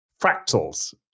fractals